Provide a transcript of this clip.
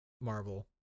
Marvel